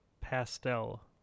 pastel